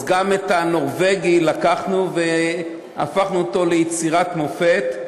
אז גם את הנורבגי לקחנו והפכנו אותו ליצירת מופת,